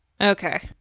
Okay